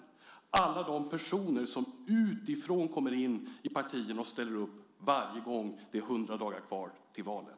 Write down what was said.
Det gäller alla de personer som utifrån kommer in i partierna och ställer upp varje gång det är hundra dagar kvar till valet.